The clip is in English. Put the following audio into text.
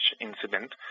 incident